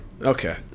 Okay